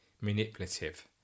manipulative